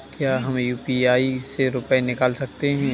क्या हम यू.पी.आई से रुपये निकाल सकते हैं?